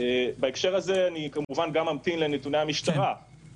בהקשר הזה אמתין כמובן גם לנתוני המשטרה,